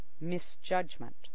misjudgment